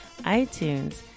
iTunes